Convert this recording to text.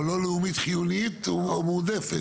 אבל לא לאומית חיונית או מועדפת.